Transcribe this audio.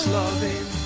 loving